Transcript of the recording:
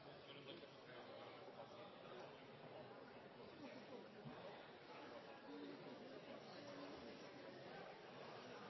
vi skal ha gode